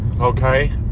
Okay